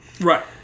Right